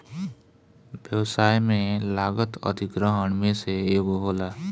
व्यवसाय में लागत अधिग्रहण में से एगो होला